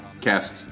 cast